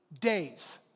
days